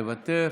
מוותר,